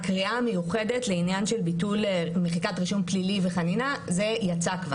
הקריאה המיוחדת לעניין של מחיקת רישום פלילי וחנינה - זה יצא כבר.